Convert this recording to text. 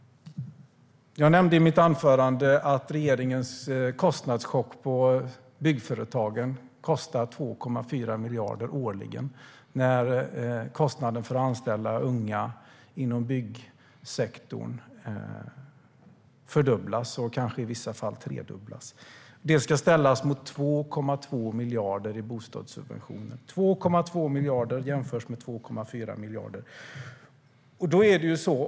Jag nämnde i mitt anförande att regeringens kostnadschock för byggföretagen kostar 2,4 miljarder årligen. Kostnaden för att anställa unga inom byggsektorn fördubblas och kanske i vissa fall tredubblas. Det ska ställas mot 2,2 miljarder i bostadssubventioner. Det är 2,2 miljarder jämfört med 2,4 miljarder.